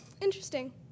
interesting